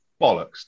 bollocks